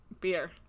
beer